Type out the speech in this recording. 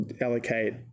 allocate